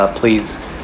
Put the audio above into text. please